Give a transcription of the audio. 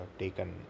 taken